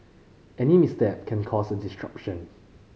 any misstep can cause a disruption